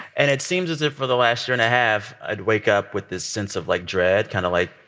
and it seems as if for the last year and a half, i'd wake up with this sense of, like, dread, kind of like,